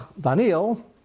Daniel